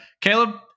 Caleb